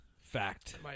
fact